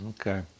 Okay